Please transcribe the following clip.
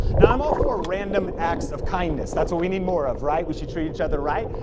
now i'm all for random acts of kindness, that's what we need more of, right? we should treat each other right.